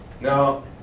Now